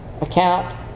account